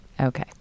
Okay